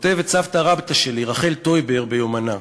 כותבת סבתא רבתא שלי רחל טויבר ביומנה: